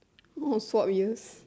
want to swap ears